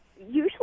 Usually